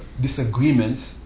disagreements